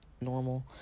normal